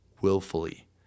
willfully